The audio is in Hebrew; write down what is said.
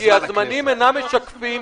כי הזמנים אינם משקפים.